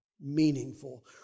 Meaningful